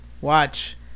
watch